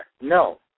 No